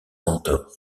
mentor